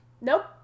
Nope